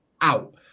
out